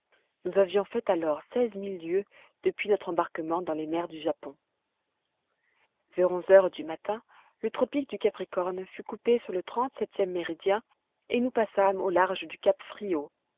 nous avions fait alors seize mille lieues depuis notre embarquement dans les mers du japon vers onze heures du matin le tropique du capricorne fut coupé sur le trente-septième méridien et nous passâmes au large du cap frio